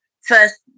first